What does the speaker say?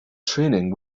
training